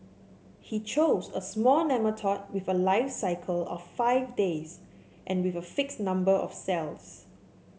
he chose a small nematode with a life cycle of five days and with a fixed number of cells